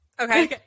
Okay